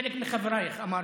חלק מחברייך, אמרתי.